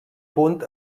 punt